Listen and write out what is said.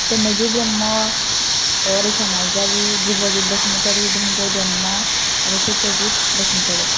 दोमैलु ब्रह्म अरायथा नार्जारी द्रुबजिद बसुमतारी धहनजय ब्रह्म आरो सैथजिद बसुमतारी